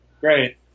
Great